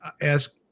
ask